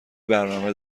برنامه